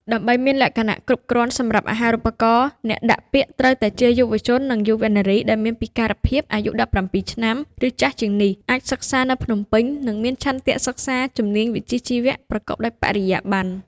ដើម្បីមានលក្ខណៈគ្រប់គ្រាន់សម្រាប់អាហារូបករណ៍ អ្នកដាក់ពាក្យត្រូវតែជាយុវជននិងយុវនារីដែលមានពិការភាព អាយុ ១៧ ឆ្នាំឬចាស់ជាងនេះ អាចសិក្សានៅភ្នំពេញ និងមានឆន្ទៈសិក្សាជំនាញវិជ្ជាជីវៈប្រកបដោយបរិយាប័ន្ន។